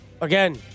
Again